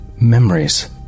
memories